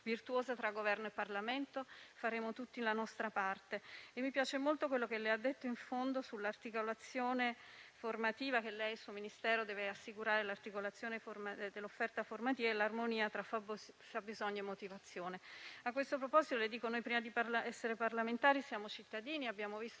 virtuosa tra Governo e Parlamento faremo tutti la nostra parte. Mi piace molto quello che ha detto al termine del suo intervento in merito al fatto che il suo Ministero deve assicurare l'articolazione dell'offerta formativa e l'armonia tra fabbisogno e motivazione. A tale proposito le dico che noi prima di essere parlamentari siamo cittadini e abbiamo visto